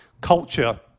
culture